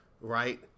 Right